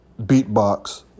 Beatbox